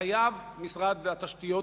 חייב משרד התשתיות,